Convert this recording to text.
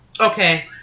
Okay